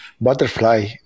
butterfly